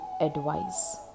advice